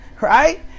Right